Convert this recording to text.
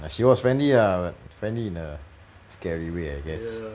ya she was friendly ah friendly in a scary way I guess